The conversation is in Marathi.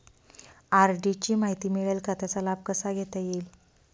आर.डी ची माहिती मिळेल का, त्याचा लाभ कसा घेता येईल?